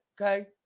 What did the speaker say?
Okay